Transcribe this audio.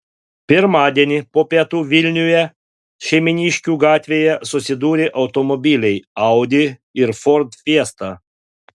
pirmadienį po pietų vilniuje šeimyniškių gatvėje susidūrė automobiliai audi ir ford fiesta